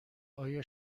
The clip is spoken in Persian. آیا